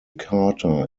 carter